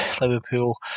Liverpool